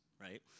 right